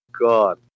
God